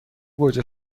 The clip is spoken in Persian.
گوجه